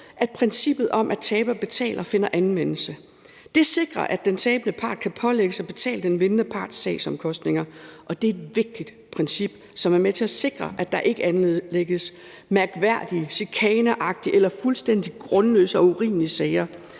at princippet om, at taber betaler, finder anvendelse; det sikrer, at den tabende part kan pålægges at betale den vindende parts sagsomkostninger, og det er et vigtigt princip, som er med til at sikre, at der ikke anlægges mærkværdige, chikaneagtige eller fuldstændig grundløse og urimelige sager